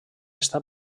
està